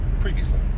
previously